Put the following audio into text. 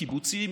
קיבוצים,